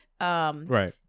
Right